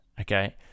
Okay